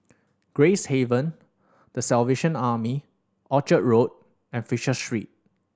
Gracehaven The Salvation Army Orchard Road and Fisher Street